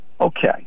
Okay